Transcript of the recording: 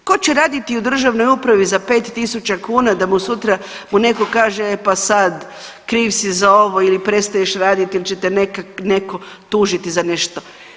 Tko će raditi u državnoj upravi za 5.000 kuna da mu sutra neko kaže e pa sad kriv si za ovo ili prestaješ radit ili ćete neko tužiti za nešto?